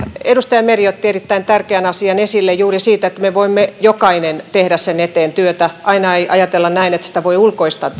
edustaja meri otti erittäin tärkeän asian esille juuri siitä että me voimme jokainen tehdä sen eteen työtä että aina ei ajatella näin että sitä välittämistä voi ulkoistaa